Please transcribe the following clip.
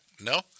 no